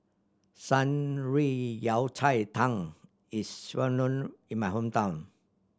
Shan Rui Yao Cai Tang is well known in my hometown